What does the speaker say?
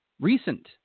Recent